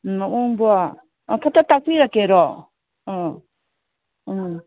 ꯃꯑꯣꯡꯕꯣ ꯈꯤꯇ ꯇꯥꯛꯄꯤꯔꯛꯀꯦꯔꯣ ꯑꯥ ꯎꯝ